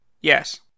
Yes